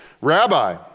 Rabbi